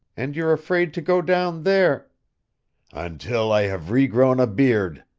and you're afraid to go down there until i have regrown a beard,